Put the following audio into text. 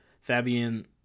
Fabian